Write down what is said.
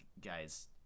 guys